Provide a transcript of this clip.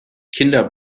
kinder